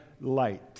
light